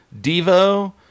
Devo